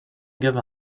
give